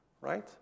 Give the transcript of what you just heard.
Right